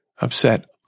upset